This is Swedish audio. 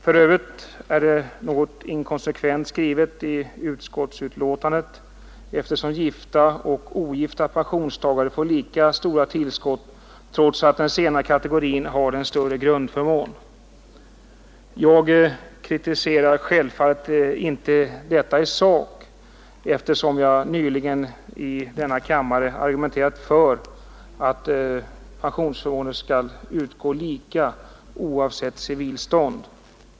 För övrigt är det något inkonsekvent skrivet i utskottsbetänkandet, eftersom gifta och ogifta pensionstagare får lika stora tillskott, trots att den senare kategorin har en större grundförmån. Jag kritiserar självfallet inte detta i sak, eftersom jag nyligen i denna kammare argumenterat för att pensionsförmån skall utgå lika oavsett civilstånd.